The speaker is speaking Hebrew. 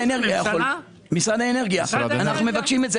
משרד האנרגיה יכול.